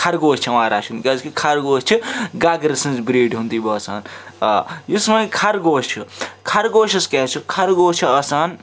خرگوش چھِ یِوان رَچھُن کیٛازِکہِ خرگوش چھِ گگرٕ سٕنٛز بریٖڈ ہُنٛدُے باسان آ یُس وۄنۍ خرگوش چھُ خرگوشَس کیٛاہ چھُ خرگوش چھُ آسان